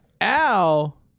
Al